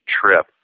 trip